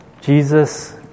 Jesus